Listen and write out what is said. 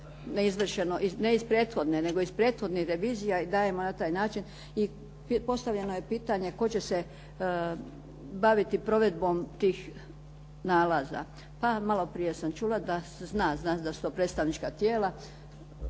ne iz prethodne, nego iz prethodnih revizija i dajemo na taj način i postavljeno je pitanje tko će se baviti provedbom tih nalaza. Pa malo prije sam čula da se zna da su to predstavnička tijela,